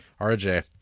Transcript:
RJ